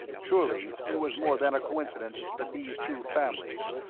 surely it was more than a coincidence that these two families,